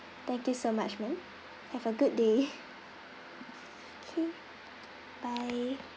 thank you so much ma'am have a good day okay bye